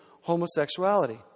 homosexuality